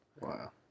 Wow